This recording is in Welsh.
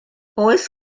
oes